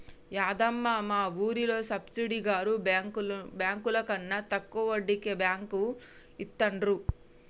యాదమ్మ, మా వూరిలో సబ్బిరెడ్డి గారు బెంకులకన్నా తక్కువ వడ్డీకే బాకీలు ఇత్తండు